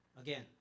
Again